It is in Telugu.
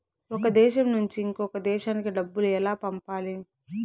ఒక దేశం నుంచి ఇంకొక దేశానికి డబ్బులు ఎలా పంపాలి?